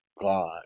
God